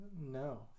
No